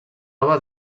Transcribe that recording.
troba